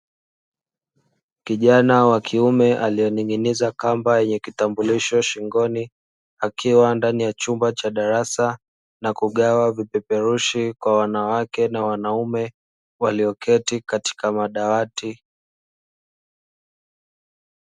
Kijana wa kiume aliyeninginiza kamba yenye kitambulisho shingoni, akiwa ndani ya chumba cha darasa na kugawa vipeperushi kwa wanawake na wanaume walioketi katika madawati.